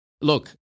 Look